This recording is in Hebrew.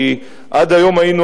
כי עד היום היינו,